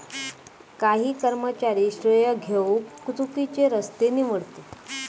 काही कर्मचारी श्रेय घेउक चुकिचे रस्ते निवडतत